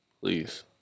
please